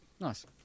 Nice